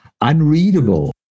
unreadable